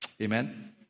Amen